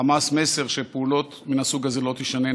לחמאס מסר שפעולות מן הסוג הזה לא תישננה.